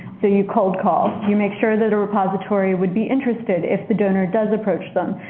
so you cold call. you make sure that a repository would be interested if the donor does approach them.